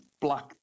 black